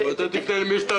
הוועדה תפנה למי שצריך.